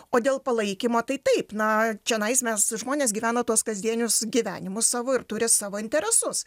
o dėl palaikymo tai taip na čionais mes žmonės gyvena tuos kasdienius gyvenimus savo ir turi savo interesus